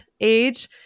age